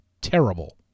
terrible